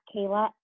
Kayla